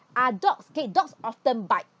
are dogs K dogs often bite